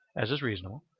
as is reasonable,